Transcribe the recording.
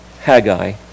Haggai